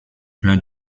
pleins